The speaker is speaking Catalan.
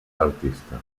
artista